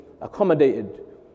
accommodated